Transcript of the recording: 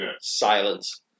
silence